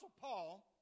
Paul